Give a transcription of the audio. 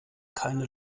keine